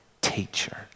teacher